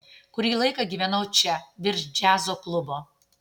kurį laiką gyvenau čia virš džiazo klubo